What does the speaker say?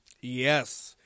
Yes